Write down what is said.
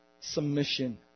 submission